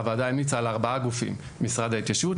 הוועדה המליצה על ארבעה גופים: משרד ההתיישבות;